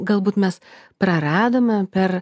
ką galbūt mes praradome per